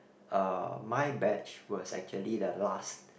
uh my batch was actually the last